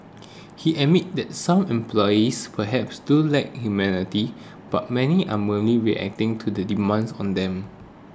he admits that some employers perhaps do lack humanity but many are merely reacting to the demands on them